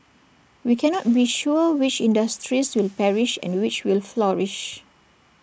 we cannot be sure which industries will perish and which will flourish